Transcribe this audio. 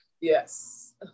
Yes